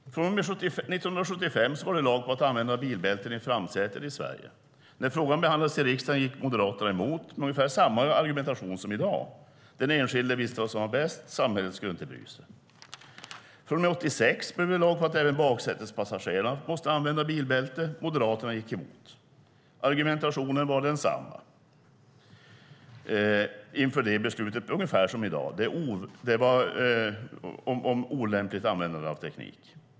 År 1975 blev det lag på att använda bilbälten i framsätet i Sverige. När frågan behandlades i riksdagen gick Moderaterna emot med ungefär samma argumentation som i dag. Den enskilde visste vad som var bäst, och samhället skulle inte bry sig. Från och med 1986 blev det lag på att även baksätespassagerare måste använda bilbälte. Moderaterna gick emot det. Argumentationen var densamma inför det beslutet och var ungefär som i dag när det gäller olämpligt användande av teknik.